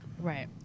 Right